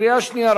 קריאה שנייה,